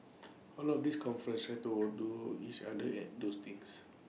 A lot of these conferences try to outdo each other at those things